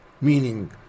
meaning